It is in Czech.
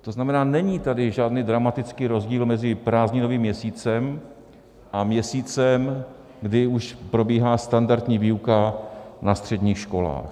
To znamená není tady žádný dramatický rozdíl mezi prázdninovým měsícem a měsícem, kdy už probíhá standardní výuka na středních školách.